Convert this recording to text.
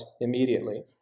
immediately